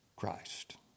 Christ